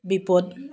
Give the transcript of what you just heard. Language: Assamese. বিপদ